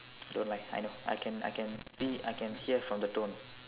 don't lie I know I can I can see I can hear from the tone